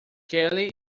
kelly